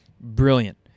brilliant